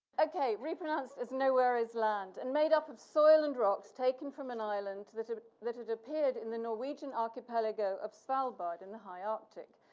okay. repronounced as, nowhereisland, and made up of soil and rocks taken from an island ah that had appeared in the norwegian archipelago of svalbard in the high arctic.